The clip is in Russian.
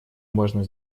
можно